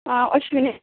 हा अश्विनी